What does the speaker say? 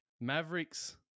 Mavericks